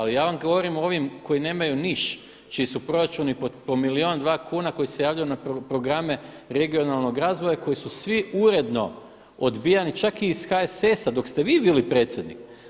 Ali ja vam govorim o ovim koji nemaju niš, čiji su proračuni po milijun, dva kuna, koji se javljaju na programe regionalnog razvoja i koji su svi uredno odbijani čak i iz HSS-a dok ste vi bili predsjednik.